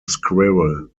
squirrel